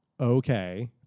Okay